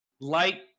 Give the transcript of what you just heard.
light